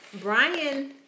Brian